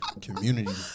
Community